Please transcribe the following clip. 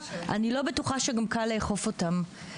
אני לא בטוחה שגם קל לאכוף אותם.